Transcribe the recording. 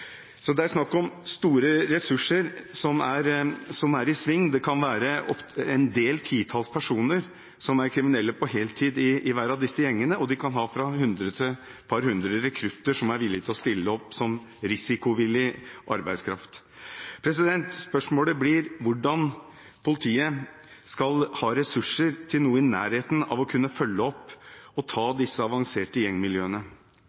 sving. Det kan være en del titalls personer som er kriminelle på heltid i hver av disse gjengene, og de kan ha 100–200 rekrutter som er villig til å stille opp som risikovillig arbeidskraft. Spørsmålet blir hvordan politiet skal ha ressurser til noe i nærheten av å kunne følge opp og